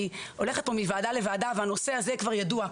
אני הולכת פה מוועדה לוועדה והנושא הזה כבר ידוע,